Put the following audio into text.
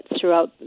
throughout